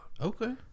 okay